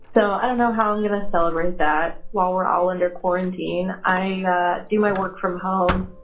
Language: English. so i don't know how i'm going to celebrate that while we're all under quarantine. i do my work from home,